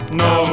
no